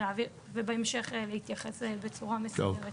ובהמשך להתייחס בצורה מסודרת.